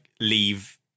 leave